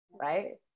right